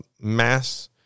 mass